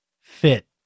fit